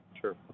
Sure